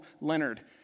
Leonard